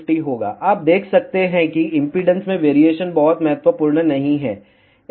आप देख सकते हैं कि इम्पीडेन्स में वेरिएशन बहुत महत्वपूर्ण नहीं है